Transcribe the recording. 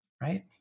Right